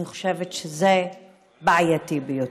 אני חושבת שזה בעייתי ביותר.